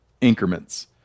increments